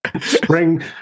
Spring